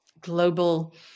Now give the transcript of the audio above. global